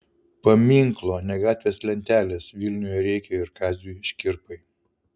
paminklo ne gatvės lentelės vilniuje reikia ir kaziui škirpai